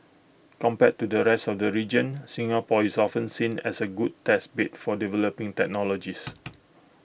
compared to the rest of the region Singapore is often seen as A good test bed for developing technologies